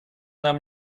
нам